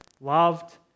loved